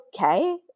okay